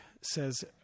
says